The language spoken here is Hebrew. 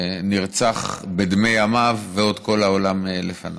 שנרצח בדמי ימיו, ועוד כל העולם לפניו.